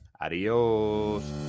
adios